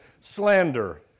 slander